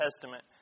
Testament